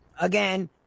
Again